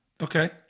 Okay